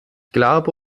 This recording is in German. glaube